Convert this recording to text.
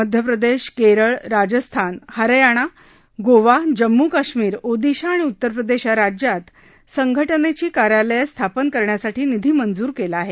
मध्यप्रदेश केरळ राजस्थान हरयाणा गोवा जम्मू काश्मीर ओदिशा आणि उत्तर प्रदेश या राज्यात संघटनेची कार्यालयं स्थापन करण्यासाठी निधी मंजूर केला आहे